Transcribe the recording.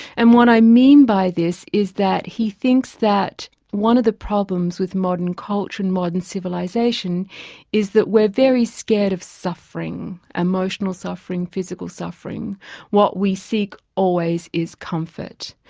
and what i mean by this is that he thinks that one of the problems with modern culture, and modern civilisation is that we're very scared of suffering, emotional suffering, physical suffering what we seek always is comfort.